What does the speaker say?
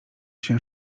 się